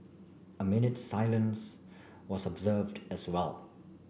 a minute's silence was observed as well